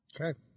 Okay